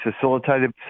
facilitated